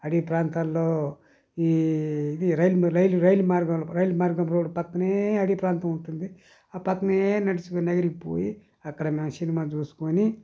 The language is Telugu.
అడవి ప్రాంతాలలో ఈ ఇది రైలు రైలు మార్గం రైలు మార్గం రోడ్డు పక్కనే అడవి ప్రాంతం ఉంటుంది ఆ పక్కనే నడుచుకొని నగిరికి పోయి అక్కడ మేము సినిమా చూసుకొని